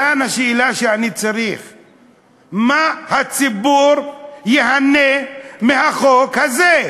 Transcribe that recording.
כאן השאלה שאני צריך, במה הציבור ייהנה מהחוק הזה?